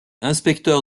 inspecteur